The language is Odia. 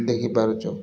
ଦେଖିପାରୁଛୁ